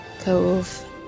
cove